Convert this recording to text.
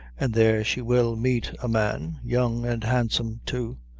and there she will meet a man, young and handsome too,